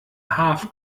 half